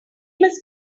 must